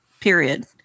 Period